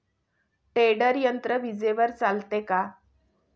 Tedder यंत्र विजेवर चालते का?